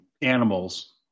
animals